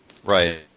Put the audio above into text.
Right